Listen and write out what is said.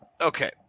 Okay